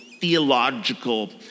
theological